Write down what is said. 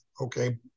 Okay